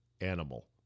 animal